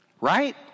right